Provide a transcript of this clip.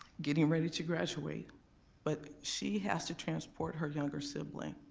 getting ready to graduate but she has to transport her younger sibling.